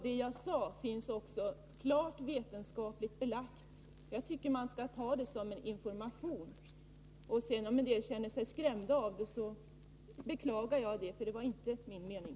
Vad jag sade finns också klart vetenskapligt belagt. Jag tycker man skall ta det som information. Om en del känner sig skrämda av den beklagar jag det — det var inte min mening.